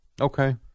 Okay